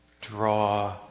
draw